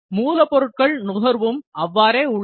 மூலப்பொருள் நுகர்வும் அவ்வாறே உள்ளது